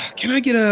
can i get a